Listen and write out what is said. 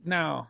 now